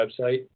website